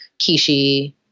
Kishi